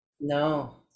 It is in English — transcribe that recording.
no